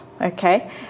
okay